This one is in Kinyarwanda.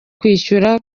kwishyura